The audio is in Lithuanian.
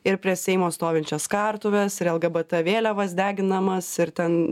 ir prie seimo stovinčias kartuves ir lgbt vėliavas deginamas ir ten